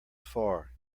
far